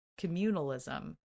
communalism